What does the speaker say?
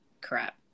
crap